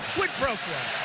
quid pro quo.